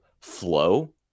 flow